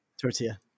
Tortilla